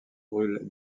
brûle